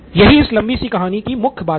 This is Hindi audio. यही इस लंबी सी कहानी कि मुख्य बात है